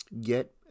get